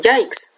Yikes